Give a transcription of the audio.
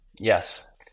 Yes